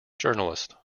journalist